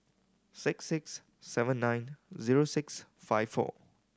six six seven nine zero six five four